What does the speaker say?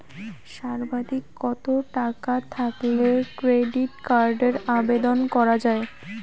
সর্বাধিক কত টাকা থাকলে ক্রেডিট কার্ডের আবেদন করা য়ায়?